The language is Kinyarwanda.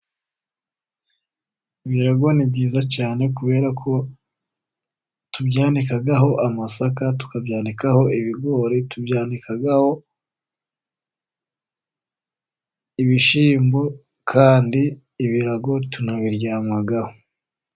Ibirago ni byiza cyane, kubera ko tubyandikaho amasaka, tukabyanikaho ibigori, tubyanikaho ibishyimbo, kandi ibirago tunabiryamaho.